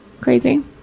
Crazy